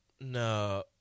No